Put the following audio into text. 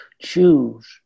choose